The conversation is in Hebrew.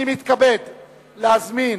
אני מתכבד להזמין